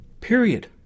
Period